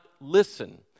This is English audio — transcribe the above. listen